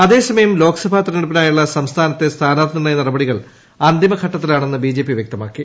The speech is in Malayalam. അതേസമയം ലോക്സഭാ തെരഞ്ഞെടുപ്പിനായുള്ള സംസ്ഥാനത്തെ സ്ഥാനാർത്ഥി നിർണയ നടപടികൾ അന്തിമ ഘട്ടത്തിലാണെന്ന് ബിജെപി വ്യക്തമാക്കി